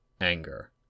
Anger